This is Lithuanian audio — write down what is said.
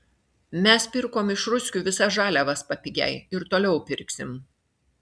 mes pirkom iš ruskių visas žaliavas papigiai ir toliau pirksim